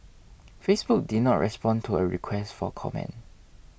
Facebook did not respond to a request for comment